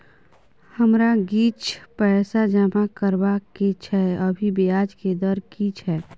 हमरा किछ पैसा जमा करबा के छै, अभी ब्याज के दर की छै?